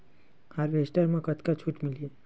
Harvester म कतका छूट मिलही?